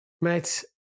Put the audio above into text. Mate